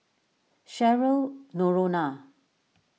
Cheryl Noronha